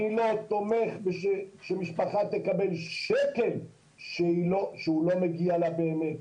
אני לא תומך בכך שמשפחה תקבל שקל שלא מגיע לה באמת.